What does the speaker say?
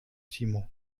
timo